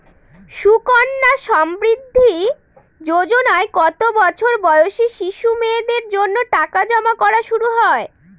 সুকন্যা সমৃদ্ধি যোজনায় কত বছর বয়সী শিশু মেয়েদের জন্য টাকা জমা করা শুরু হয়?